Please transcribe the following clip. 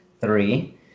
three